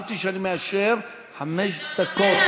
ואמרתי שאני מאשר חמש דקות.